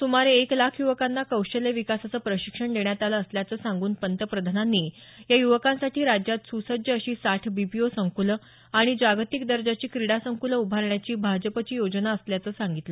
सुमारे एक लाख युवकांना कौशल्य विकासाचं प्रशिक्षण देण्यात आलं असल्याचं सांगून पंतप्रधानांनी या य्वकांसाठी राज्यात सुसज्ज अशी साठ बीपीओ संकूलं आणि जागतिक दर्जाची क्रीडा संकलं उभारण्याची भाजपची योजना असल्याचं सांगितलं